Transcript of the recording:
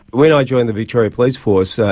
when i joined the victoria police force, ah